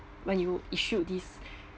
when you issued this